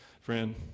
Friend